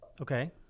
Okay